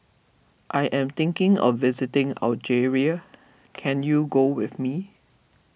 I am thinking of visiting Algeria can you go with me